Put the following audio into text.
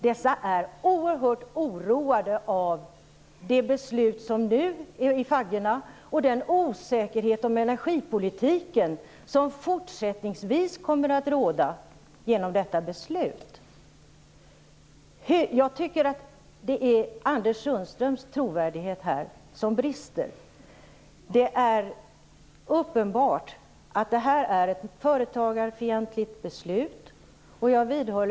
Dessa är oerhört oroade av det beslut som nu är i faggorna och den osäkerhet om energipolitiken som fortsättningsvis kommer att råda genom detta beslut. Jag tycker att det är Anders Sundströms trovärdighet som brister här. Det är uppenbart att detta är ett företagarfientligt beslut.